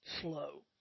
slow